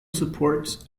support